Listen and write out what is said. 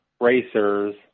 racers